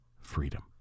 freedom